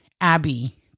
Abby